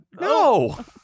no